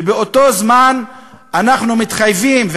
ובאותו זמן אנחנו מתחייבים,